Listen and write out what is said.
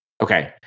Okay